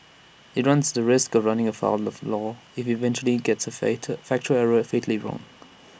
IT runs the risk of running afoul of the law if IT eventually gets A fate factual error fatally wrong